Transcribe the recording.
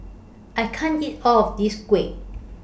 I can't eat All of This Kuih